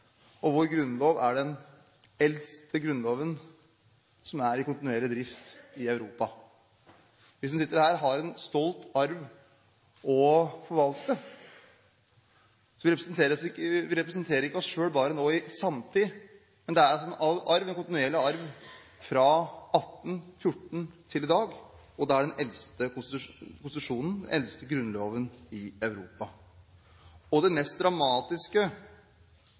og vår grunnlov er den eldste grunnloven som er i kontinuerlig drift i Europa. Vi som sitter her, har en stolt arv å forvalte. Vi representerer ikke bare oss selv nå i samtiden; det er en kontinuerlig arv fra 1814 og til i dag – med den eldste konstitusjonen, den eldste grunnloven, i Europa. Det mest dramatiske